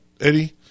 Eddie